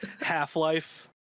Half-Life